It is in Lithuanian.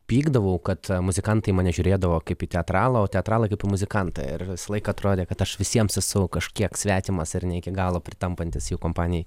pykdavau kad muzikantai į mane žiūrėdavo kaip į teatralą o teatralai kaip į muzikantą ir visąlaik atrodė kad aš visiems esu kažkiek svetimas ir ne iki galo pritampantis jų kompanijai